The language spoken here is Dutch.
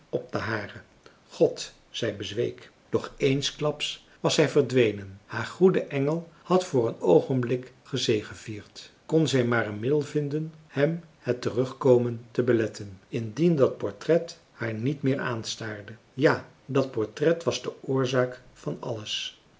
op de haren god zij bezweek marcellus emants een drietal novellen doch eensklaps was hij verdwenen haar goede engel had voor een oogenblik gezegevierd kon zij maar een middel vinden hem het terugkomen te beletten indien dat portret haar niet meer aanstaarde ja dat portret was oorzaak van alles